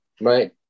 right